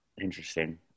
Interesting